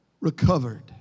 recovered